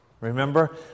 Remember